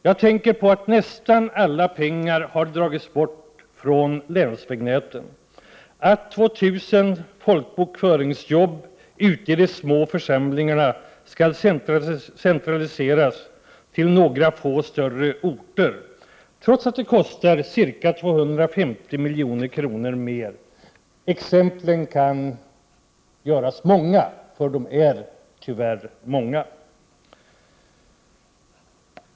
Jag tänker på att nästan alla pengar har dragits bort från länsvägnäten och att 117 2 000 folkbokföringsjobb ute i de små församlingarna skall centraliseras till några få större orter — trots att det kostar ca 250 milj.kr. mer. Exemplen kan mångfaldigas, för de är tyvärr många.